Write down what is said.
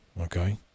okay